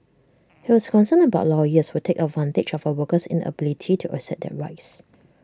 he was concerned about lawyers who take advantage of A worker's inability to assert their rights